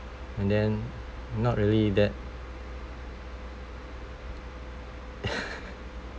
and then not really that